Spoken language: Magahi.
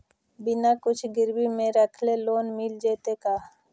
बिना कुछ गिरवी मे रखले लोन मिल जैतै का?